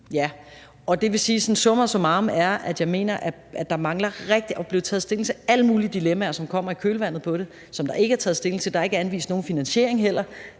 hen er en dårlig idé. Summa summarum er, at jeg mener, at der mangler at blive taget stilling til alle mulige dilemmaer, som kommer i kølvandet på det, som der ikke er taget stilling til. Der er heller ikke anvist nogen finansiering, og det